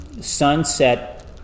sunset